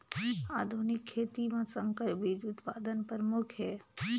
आधुनिक खेती म संकर बीज उत्पादन प्रमुख हे